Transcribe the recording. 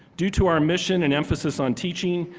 due to our mission and emphasis on teaching,